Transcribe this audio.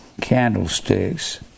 candlesticks